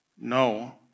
No